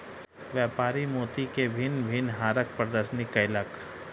व्यापारी मोती के भिन्न भिन्न हारक प्रदर्शनी कयलक